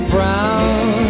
Brown